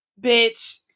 bitch